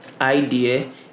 idea